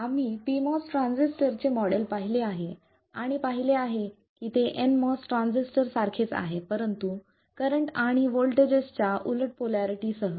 आम्ही pMOS ट्रान्झिस्टरचे model पाहिले आहे आणि पाहिले आहे की ते nMOS ट्रान्झिस्टरसारखेच आहे परंतु करंट आणि व्होल्टेजेस च्या उलट पोलारिटी सह